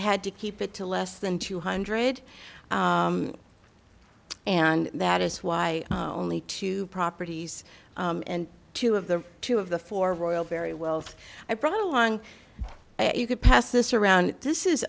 had to keep it to less than two hundred and that is why only two properties and two of the two of the four royal very wealth i brought along you could pass this around this is